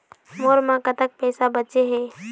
मोर म कतक पैसा बचे हे?